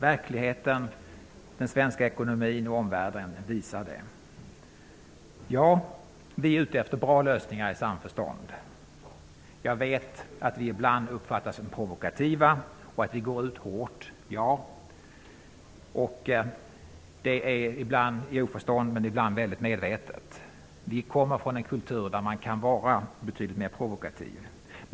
Verkligheten, den svenska ekonomin och omvärlden kommer att visa det. Vi är ute efter bra lösningar i samförstånd. Jag vet att vi ibland uppfattas som provokativa och att vi går ut hårt. Ja, det gör vi ibland i oförstånd, ibland medvetet. Vi representerar en kultur där man kan vara betydligt mer provokativ.